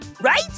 Right